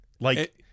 Like-